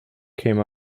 came